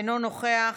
אינו נוכח,